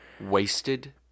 Wasted